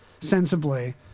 sensibly